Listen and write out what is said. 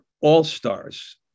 all-stars